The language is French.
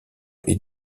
est